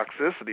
toxicity